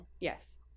Yes